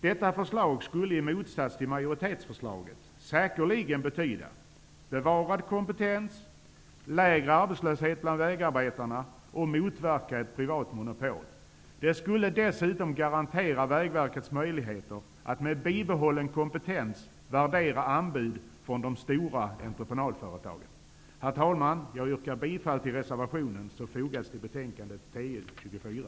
Detta förslag skulle, i motsats till majoritetsförslaget, säkerligen betyda bevarad kompetens och lägre arbetslöshet bland vägarbetarna samt motverka ett privat monopol. Det skulle dessutom garantera Vägverkets möjligheter att med bibehållen kompetens värdera anbud från de stora entreprenadföretagen. Herr talman! Jag yrkar bifall till reservationen som har fogats till betänkandet TU24.